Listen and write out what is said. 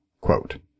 Quote